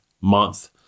month